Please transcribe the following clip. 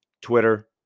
twitter